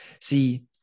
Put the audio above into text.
See